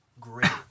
great